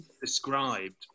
described